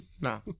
No